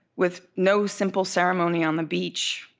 with no simple ceremony on the beach,